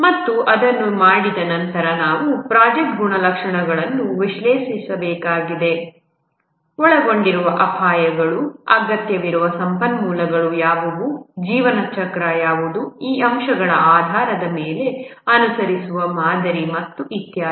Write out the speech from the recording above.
ಮತ್ತು ಅದನ್ನು ಮಾಡಿದ ನಂತರ ನಾವು ಪ್ರಾಜೆಕ್ಟ್ ಗುಣಲಕ್ಷಣಗಳನ್ನು ವಿಶ್ಲೇಷಿಸಬೇಕಾಗಿದೆ ಒಳಗೊಂಡಿರುವ ಅಪಾಯಗಳು ಅಗತ್ಯವಿರುವ ಸಂಪನ್ಮೂಲಗಳು ಯಾವುವು ಜೀವನ ಚಕ್ರ ಯಾವುದು ಈ ಅಂಶಗಳ ಆಧಾರದ ಮೇಲೆ ಅನುಸರಿಸುವ ಮಾದರಿ ಮತ್ತು ಇತ್ಯಾದಿ